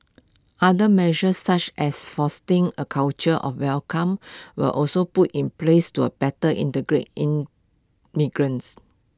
other measures such as fostering A culture of welcome were also put in place to A better integrate immigrants